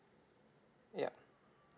yup